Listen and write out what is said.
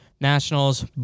Nationals